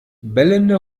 bellende